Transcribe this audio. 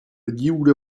lliura